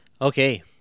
Okay